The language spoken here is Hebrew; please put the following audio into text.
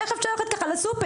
איך אפשר ללכת ככה לסופר?